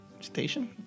Station